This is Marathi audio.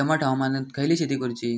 दमट हवामानात खयली शेती करूची?